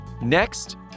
Next